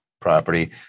property